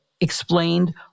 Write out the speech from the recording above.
explained